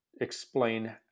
explain